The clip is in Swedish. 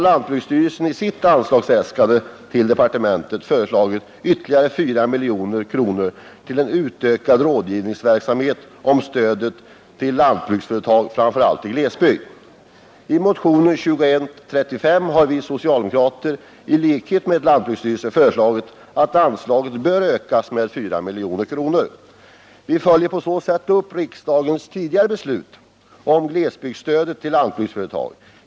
Lantbruksstyrelsen har i sitt anslagsäskande hemställt om ytterligare 4 milj.kr. till en utökad rådgivningsverksamhet när det gäller stödet till lantbruksföretag, framför allt i glesbygd. I motionen 2135 har vi socialdemokrater i likhet med lantbruksstyrelsen föreslagit att anslaget bör ökas med 4 milj.kr. Vi följer på så sätt upp riksdagens tidigare beslut om glesbygdsstödet till lantbruksföretag.